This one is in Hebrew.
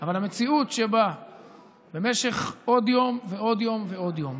אבל המציאות שבה במשך עוד יום ועוד יום ועוד יום,